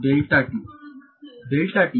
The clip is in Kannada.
ವಿದ್ಯಾರ್ಥಿ ಡೆಲ್ಟಾ t